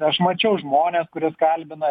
aš mačiau žmones kuriuos kalbina